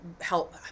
help